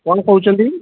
କ'ଣ କହୁଛନ୍ତି